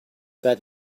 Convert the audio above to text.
that